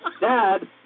Dad